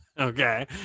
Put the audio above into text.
Okay